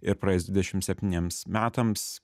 ir praėjus dvidešimt septyniems metams